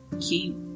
Keep